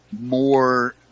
more –